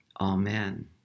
Amen